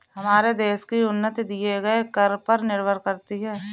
हमारे देश की उन्नति दिए गए कर पर निर्भर करती है